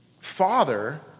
Father